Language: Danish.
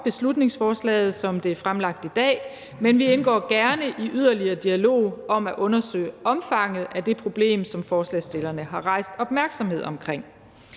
beslutningsforslaget, som det er fremlagt i dag. Men vi indgår gerne i yderligere dialog om at undersøge omfanget af det problem, som forslagsstillerne har rejst opmærksomhed omkring.